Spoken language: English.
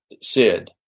Sid